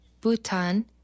Bhutan